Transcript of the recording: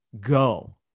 Go